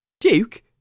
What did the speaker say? Duke